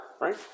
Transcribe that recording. right